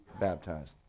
baptized